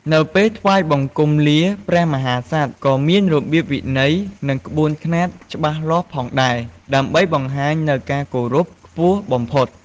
នៅពេលថ្វាយបង្គំលាព្រះមហាក្សត្រ ក៏មានរបៀបវិន័យ និងក្បួនខ្នាតច្បាស់លាស់ផងដែរ ដើម្បីបង្ហាញនូវការគោរពខ្ពស់បំផុត។